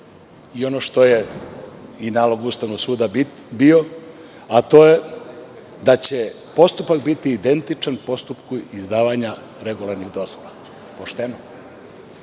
Ono što je i nalog Ustavnog suda bio, a to je da će postupak biti identičan postupku izdavanja regularnih dozvola. Druga